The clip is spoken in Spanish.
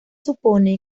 supone